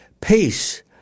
peace